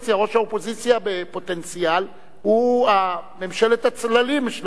ראש האופוזיציה בפוטנציאל הוא ממשלת הצללים בשלב זה,